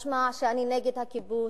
משמע שאני נגד הכיבוש,